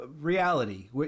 reality